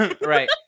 Right